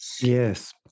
yes